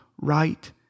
right